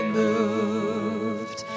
moved